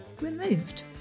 removed